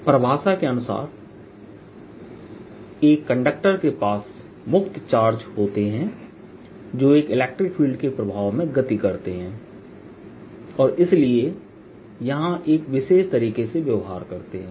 परिभाषा के अनुसार एक कंडक्टर के पास मुक्त चार्ज होते हैं जो एक इलेक्ट्रिक फील्ड के प्रभाव में गति करते हैं और इसलिए यह एक विशेष तरीके से व्यवहार करते है